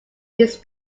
his